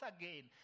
again